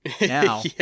now